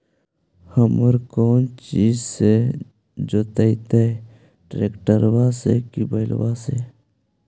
हर कौन चीज से जोतइयै टरेकटर से कि बैल से?